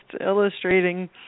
illustrating